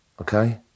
okay